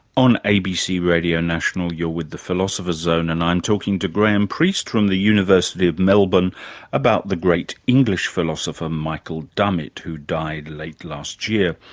on abc radio national you're with the philosopher's zone and i'm talking to graham priest from the university of melbourne about the great english philosopher michael dummett, who died late last year.